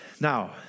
Now